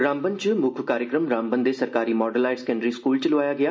रामन च मुक्ख कार्जक्रम रामबन दे सरकारी माडल हायर सकैंडरी स्कूल च लोआया गेआ